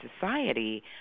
society